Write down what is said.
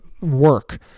work